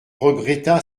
regretta